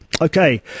Okay